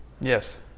Yes